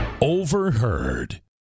Overheard